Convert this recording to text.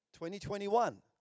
2021